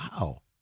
Wow